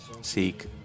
seek